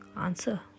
answer